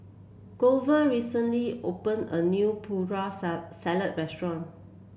Glover recently opened a new Putri Salad restaurant